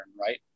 right